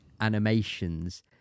animations